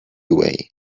way